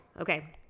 Okay